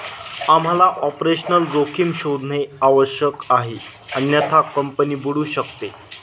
आम्हाला ऑपरेशनल जोखीम शोधणे आवश्यक आहे अन्यथा कंपनी बुडू शकते